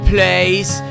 Place